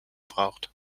braucht